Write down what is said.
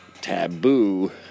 taboo